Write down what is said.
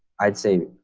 i'd say,